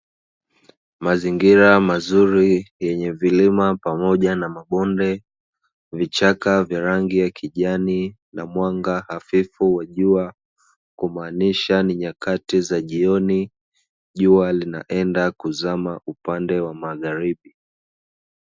Mazingira mazuri yenye vilima pamoja na mabonde, vichaka vya rangi ya kijani na mwanga hafifu wa jua, kumaanisha ni nyakati za jioni jua linaenda kuzama upande wa magharibi.